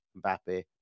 Mbappe